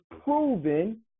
proven